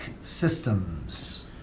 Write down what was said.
Systems